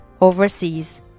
overseas